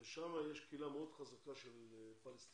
ושם יש קהילה מאוד חזקה של פלסטינים